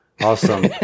Awesome